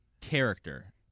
Character